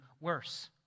worse